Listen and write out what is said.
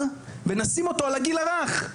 להפקיד שר על הגיל הרך,